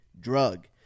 drug